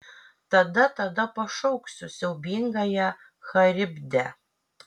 tada tada pašauksiu siaubingąją charibdę